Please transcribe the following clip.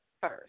first